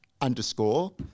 underscore